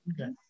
Okay